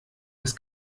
des